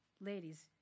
Ladies